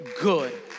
good